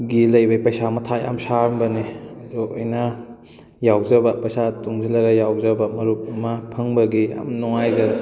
ꯒꯤ ꯂꯩꯕꯩ ꯄꯩꯁꯥ ꯃꯊꯥ ꯌꯥꯝ ꯁꯥꯔꯝꯕꯅꯦ ꯑꯗꯣ ꯑꯩꯅ ꯌꯥꯎꯖꯕ ꯄꯩꯁꯥ ꯇꯨꯡꯁꯤꯜꯂꯒ ꯌꯥꯎꯖꯕ ꯃꯔꯨꯞ ꯑꯃ ꯐꯪꯕꯒꯤ ꯌꯥꯝ ꯅꯨꯡꯉꯥꯏꯖꯔꯦ